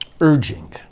urging